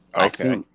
Okay